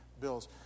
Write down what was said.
bills